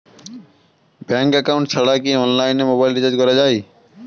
Bank account ছাড়া কি অনলাইনে মোবাইল রিচার্জ করা যায়?